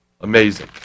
amazing